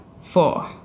four